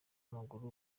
w’amaguru